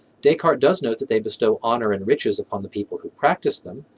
descartes does note that they bestow honor and riches upon the people who practice them.